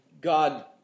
God